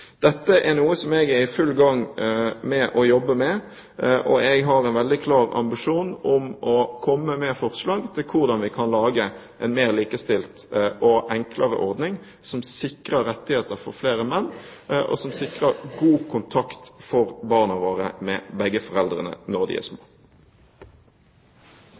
Dette er noe jeg er i full gang med å jobbe med. Jeg har en veldig klar ambisjon om å komme med forslag til hvordan vi kan lage en mer likestilt og enklere ordning som sikrer rettigheter for flere menn, og som sikrer barna våre god kontakt med begge foreldrene når de er små.